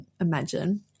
Imagine